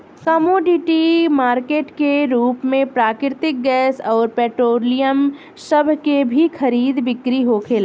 commodity market के रूप में प्राकृतिक गैस अउर पेट्रोलियम सभ के भी खरीद बिक्री होखेला